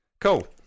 Cool